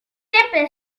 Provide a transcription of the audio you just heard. sempre